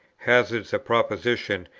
hazards a proposition,